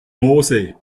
mose